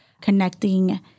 connecting